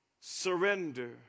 surrender